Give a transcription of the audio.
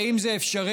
האם זה אפשרי?